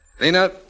Lena